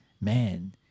man